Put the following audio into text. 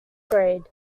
grade